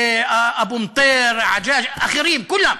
אבו מטר, אחרים, כולם.